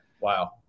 Wow